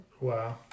Wow